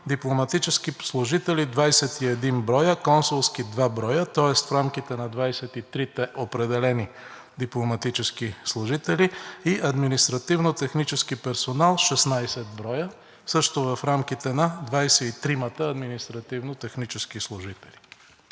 дипломатически служители 21 броя, консулски – 2 броя, тоест в рамките на 23-те определени дипломатически служители и административно-технически персонал – 16 броя, също в рамките на 23-мата административно-технически служители.